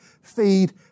feed